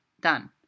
done